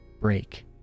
break